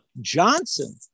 Johnson